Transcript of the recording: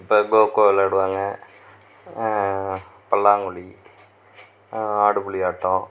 இப்போ கோக்கோ விளையாடுவாங்க பல்லாங்குழி ஆடுபுலியாட்டம்